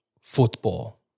football